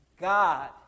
God